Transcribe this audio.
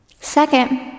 Second